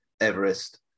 Everest